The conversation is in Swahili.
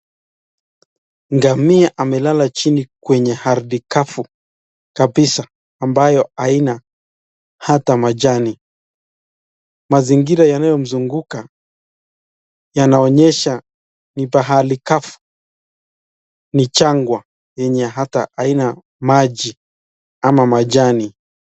Ngamia amelala chini kwenye ardhi kavu kabisa ambayo haina hata majani. Mazingira yanayo mzunguka, yanaonyesha ni pahali kavu, ni jangwa yenye hata haina maji ama majani.